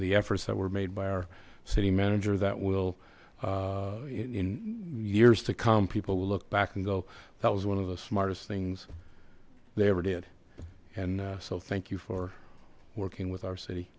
the efforts that were made by our city manager that will in years to come people will look back and go that was one of the smartest things they ever did and so thank you for working with our city